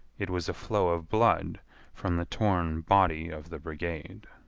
it was a flow of blood from the torn body of the brigade.